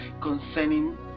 concerning